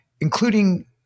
including